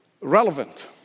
relevant